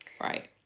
Right